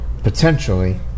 potentially